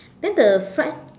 then the fried